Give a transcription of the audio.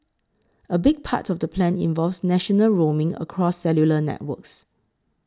a big part of the plan involves national roaming across cellular networks